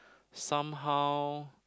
somehow